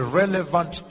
relevant